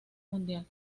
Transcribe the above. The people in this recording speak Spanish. mundial